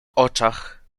oczach